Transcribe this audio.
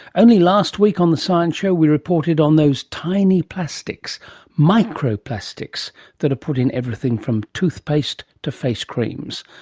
only last week on the science show we reported on those tiny plastics microplastics that are put in everything from toothpaste to face creams,